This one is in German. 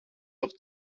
auch